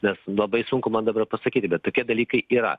nes labai sunku man dabar pasakyti bet tokie dalykai yra